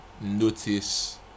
notice